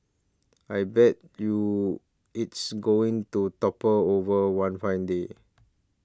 I bet you it's going to topple over one fine day